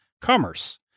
commerce